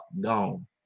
gone